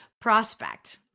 prospect